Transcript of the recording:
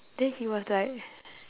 then he was like